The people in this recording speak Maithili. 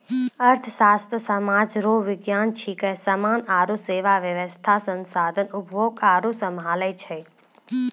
अर्थशास्त्र सामाज रो विज्ञान छिकै समान आरु सेवा वेवस्था संसाधन उपभोग आरु सम्हालै छै